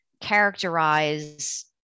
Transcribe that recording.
characterize